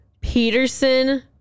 Peterson